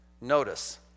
Notice